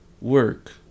work